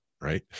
right